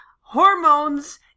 hormones